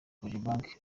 kojebanke